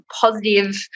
positive